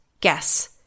guess